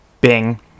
Bing